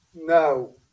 No